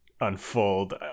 unfold